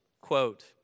Quote